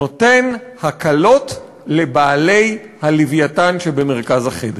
נותן הקלות לבעלי הלווייתן שבמרכז החדר.